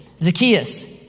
Zacchaeus